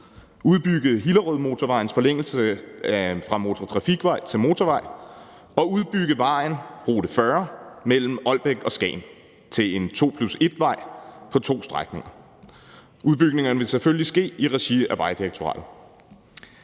udbygge Hillerødmotorvejens forlængelse fra motortrafikvej til motorvej og udbygge rute 40 mellem Ålbæk og Skagen til en 2 plus 1-vej på to strækninger. Udbygningerne vil selvfølgelig ske i regi af Vejdirektoratet.